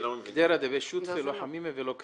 "קידרא דבי שותפי לא חמימא ולא קרירא",